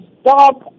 stop